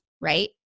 right